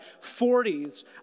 40s